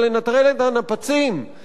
ולנטרל את הנפצים אפשר